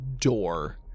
door